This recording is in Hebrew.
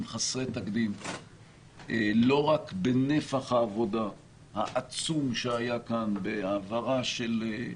חסרי תקדים לא רק בנפח העבודה העצום שהיה כאן בהעברה של,